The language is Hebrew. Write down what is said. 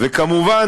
וכמובן